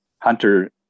hunter